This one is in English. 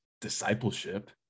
discipleship